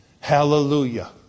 Hallelujah